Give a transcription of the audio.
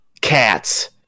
cats